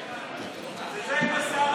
זה זה עם השיער,